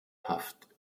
haft